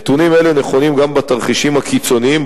נתונים אלה נכונים גם בתרחישים הקיצוניים,